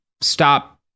stop